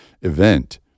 event